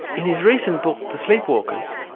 in his recent book, the sleepwalkers,